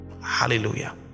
Hallelujah